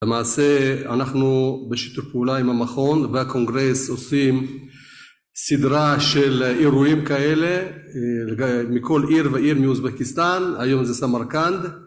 למעשה אנחנו בשיתוף פעולה עם המכון והקונגרס עושים סדרה של אירועים כאלה מכל עיר ועיר מאוזבקיסטן היום זה סמרקנד